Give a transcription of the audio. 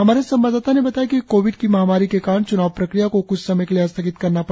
हमारे संवाददाता ने बताया कि कोविड की महामारी के कारण च्नाव प्रक्रिया को कुछ समय के लिए स्थगित करना पड़ा था